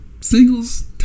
singles